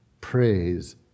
praise